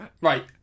Right